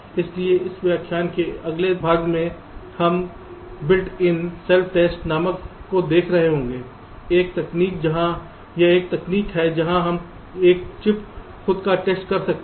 इसलिए इस व्याख्यान के अगले दो में हम बिल्ट इन सेल्फ टेस्ट नामक को देख रहे हैं एक तकनीक जहां एक चिप खुद का टेस्ट कर सकती है